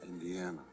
Indiana